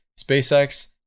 SpaceX